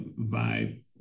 Vibe